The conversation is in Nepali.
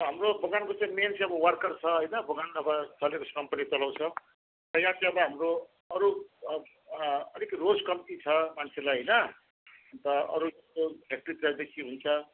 हाम्रो बगानको चाहिँ मेन चाहिँ अब वर्कर छ हैन बगान अब चलेको श्रम पनि चलाउँछ खै यहाँ चाहिँ अब हाम्रो अरू अलिक रोज कम्ती छ मान्छेलाई हैन अनि त अरू जुन फ्याक्ट्रीतिरदेखि हुन्छ